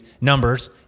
numbers